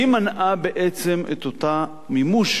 היא מנעה בעצם את אותו מימוש,